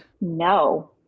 No